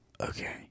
Okay